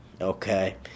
Okay